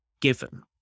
given